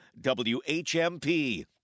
WHMP